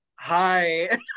hi